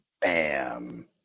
Bam